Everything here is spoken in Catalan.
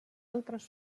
altres